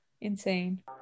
insane